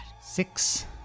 Six